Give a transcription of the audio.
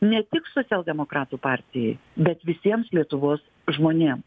ne tik socialdemokratų partijai bet visiems lietuvos žmonėm